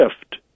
shift